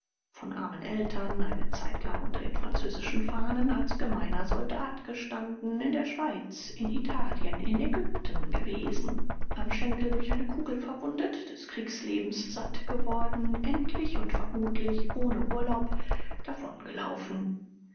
von armen eltern eine zeit lang unter den französischen fahnen als gemeiner soldat gestanden in der schweiz in italien in ägypten gewesen am schenkel durch eine kugel verwundet des kriegslebens satt geworden endlich und vermutlich ohne urlaub davon